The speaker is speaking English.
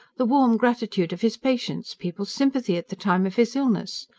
the warm gratitude of his patients, people's sympathy, at the time of his illness?